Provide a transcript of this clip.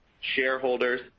shareholders